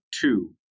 two